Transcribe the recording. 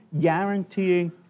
guaranteeing